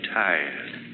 tired